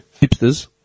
Hipsters